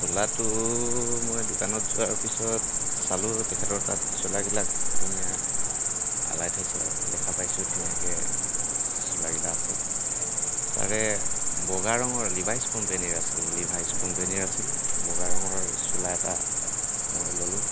চোলাটো মই দোকানত যোৱাৰ পিছত চালো তেখেতৰ তাত চোলাবিলাক ধুনীয়া আলাই থৈছে দেখা পাইছো ধুনীয়াকৈ চোলাবিলাক আছে তাৰে বগা ৰঙৰ লিভাইচ কোম্পানীৰ আছিল লিভাইচ কোম্পানীৰ আছিল বগা ৰঙৰ চোলা এটা মই ললোঁ